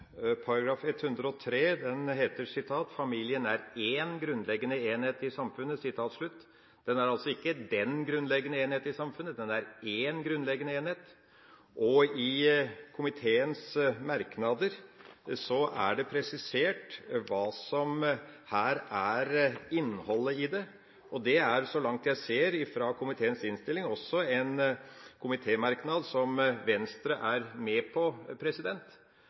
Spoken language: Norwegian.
grunnleggende enhet i samfunnet.» Den er altså ikke «den» grunnleggende enhet i samfunnet, men én grunnleggende enhet. I komiteens merknader er det presisert hva som her er innholdet i det. Det er så langt jeg ser ut fra komiteens innstilling også en komitémerknad Venstre er med på.